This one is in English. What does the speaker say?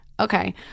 Okay